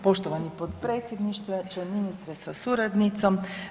Poštovani potpredsjedniče, ministre sa suradnicom.